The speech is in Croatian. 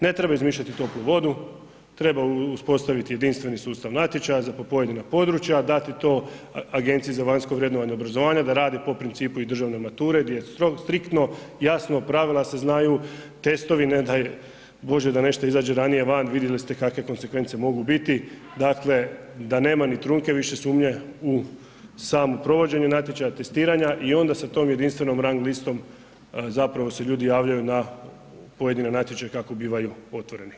Ne treba izmišljati toplu vodu, treba uspostaviti jedinstveni sustav natječaja za pojedina područja, dati to Agenciji za vanjsko vrednovanje i obrazovanje da radi po principu i državne mature gdje je striktno jasno, pravilo se znaju, testovi, ne daj bože da nešto izađe ranije van, vidjeli ste kakve konzekvence mogu biti, dakle da nema ni trunke više sumnje u samo provođenje natječaja, testiranja i onda sa tom jedinstvenom rang listom zapravo se ljudi javljaju na pojedine natječaje kako bivaju otvoreni.